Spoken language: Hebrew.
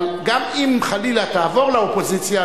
אבל גם אם חלילה תעבור לאופוזיציה,